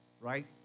right